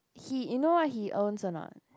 he you know what he owns a not